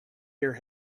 hear